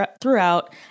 throughout